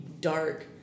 dark